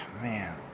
man